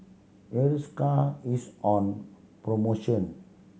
Hiruscar is on promotion